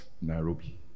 nairobi